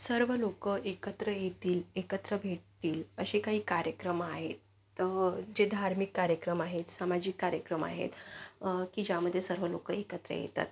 सर्व लोक एकत्र येतील एकत्र भेटतील असे काही कार्यक्रम आहे असे धार्मिक कार्यक्रम आहेत सामाजिक कार्यक्रम आहेत की ज्यामध्ये सर्व लोक एकत्र येतात